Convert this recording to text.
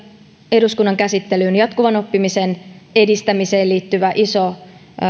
eduskunnan käsittelyyn jatkuvan oppimisen edistämiseen liittyvä iso